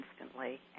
instantly